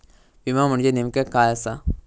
विमा म्हणजे नेमक्या काय आसा?